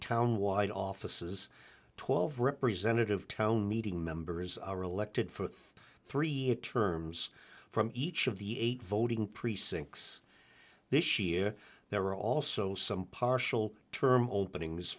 town wide offices twelve representative town meeting members are elected for three it terms from each of the eight voting precincts this year there are also some partial term openings